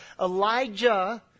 Elijah